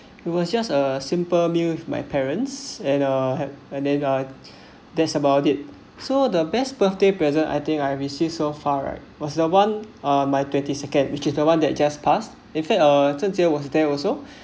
it was just a simple meal with my parents and uh and then uh that's about it so the best birthday present I think I received so far right was the one uh my twenty second which is the one that just passed in fact uh zhen jie was there also